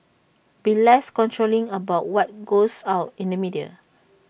be less controlling about what goes out in the media